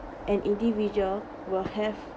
an individual will have